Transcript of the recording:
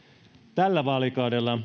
tällä vaalikaudella